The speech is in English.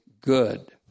good